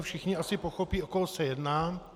Všichni asi pochopí, o koho se jedná.